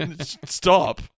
Stop